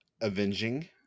Avenging